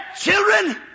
children